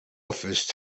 office